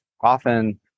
Often